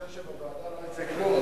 יש לי תחושה שבוועדה לא יצא כלום.